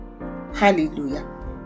Hallelujah